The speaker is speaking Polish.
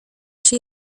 się